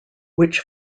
which